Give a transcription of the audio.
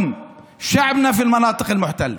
מדכאים את בני עמנו בשטחים הכבושים.